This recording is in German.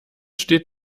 steht